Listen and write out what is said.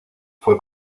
fue